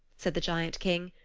said the giant king,